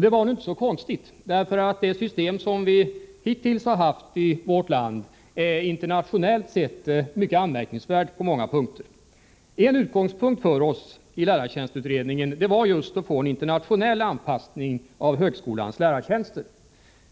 Det var inte så konstigt, eftersom det system som vi hittills har haft i vårt land är mycket anmärkningsvärt på många punkter, internationellt sett. En utgångspunkt för oss i lärartjänstutredningen var just att få en internationell anpassning av högskolans lärartjänster.